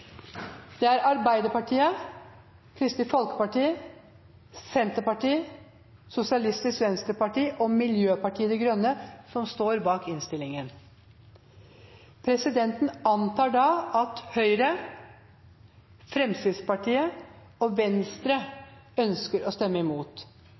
er det Arbeiderpartiet, Kristelig Folkeparti, Senterpartiet, Sosialistisk Venstreparti og Miljøpartiet De Grønne som står bak innstillingen. Presidenten antar da at Høyre, Fremskrittspartiet og Venstre ønsker å stemme imot.